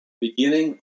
beginning